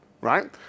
right